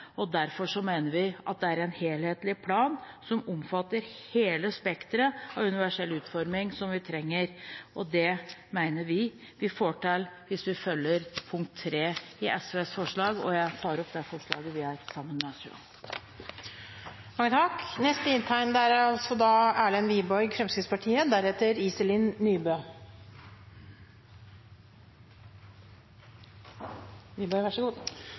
Derfor mener vi at vi trenger en helhetlig plan som omfatter hele spekteret av universell utforming. Det mener vi at vi får til gjennom forslag nr. 1, og jeg tar opp forslaget, som vi er sammen med SV og Senterpartiet om. Da har representanten Rigmor Aasrud tatt opp det forslaget